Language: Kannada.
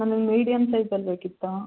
ನನಗೆ ಮೀಡಿಯಮ್ ಸೈಜಲ್ಲಿ ಬೇಕಿತ್ತೂ